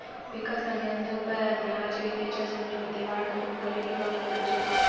विकास आणि अन्य उपायांनी आजिविकेच्या संधींमध्ये वाढ करून गरिबी कमी करुची हा